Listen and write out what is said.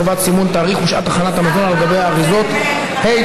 חובת סימון תאריך ושעת הכנת מזון על גבי אריזות מזון),